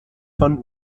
von